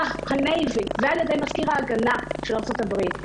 הנייבי ועל ידי מזכיר ההגנה של ארצות הברית.